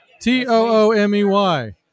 T-O-O-M-E-Y